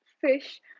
fish